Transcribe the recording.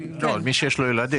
מי שיש לו ילדים.